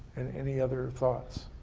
and any other thoughts.